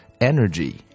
energy